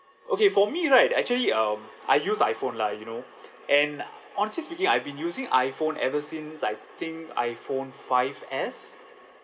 okay for me right actually um I use iphone lah you know and honestly speaking I've been using iphone ever since I think iphone five S